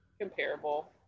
comparable